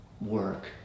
work